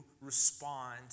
respond